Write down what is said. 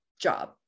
job